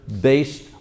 based